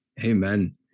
Amen